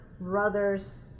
brother's